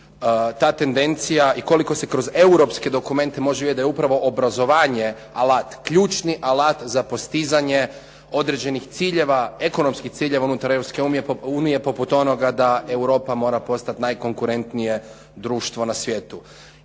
ta tendencija i koliko se kroz europske dokumente može vidjeti da je upravo obrazovanje alat, ključni alat za postizanje određenih ciljeva, ekonomskih ciljeva unutar Europske unije poput onoga da Europa mora postati najkonkurentnije društvo na svijetu.